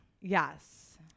Yes